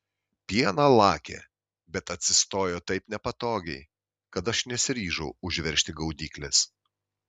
pieną lakė bet atsistojo taip nepatogiai kad aš nesiryžau užveržti gaudyklės